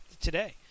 today